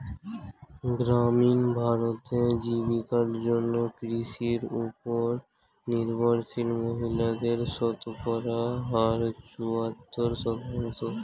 গ্রামীণ ভারতে, জীবিকার জন্য কৃষির উপর নির্ভরশীল মহিলাদের শতকরা হার চুয়াত্তর শতাংশ